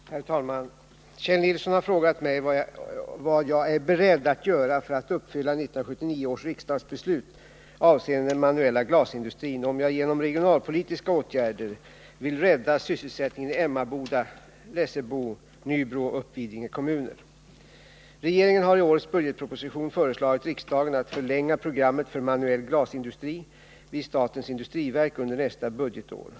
Herr talman! Kjell Nilsson har frågat mig vad jag är beredd att göra för att uppfylla 1979 års riksdagsbeslut avseende den manuella glasindustrin och om jag genom regionalpolitiska åtgärder vill rädda sysselsättningen i Emmaboda, Lessebo, Nybro och Uppvidinge kommuner. Regeringen har i årets budgetproposition föreslagit riksdagen att förlänga programmet för manuell glasindustri vid statens industriverk under nästa budgetår.